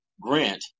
Grant